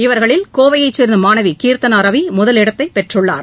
இவர்களில் கோவைச் சேர்ந்த மாணவி கீர்த்தனா ரவி முதலிடத்தைப் பெற்றுள்ளார்